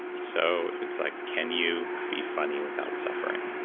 so it's like, can you be funny without suffering?